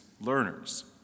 learners